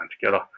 together